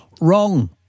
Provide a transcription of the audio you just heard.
Wrong